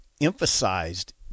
emphasized